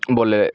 ᱵᱚᱞᱮ